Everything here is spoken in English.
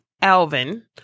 Alvin